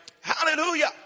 Hallelujah